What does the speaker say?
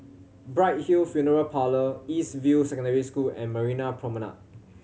Bright Hill Funeral Parlour East View Secondary School and Marina Promenade